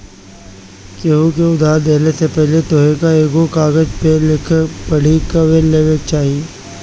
केहू के उधार देहला से पहिले तोहके एगो कागज पअ लिखा पढ़ी कअ लेवे के चाही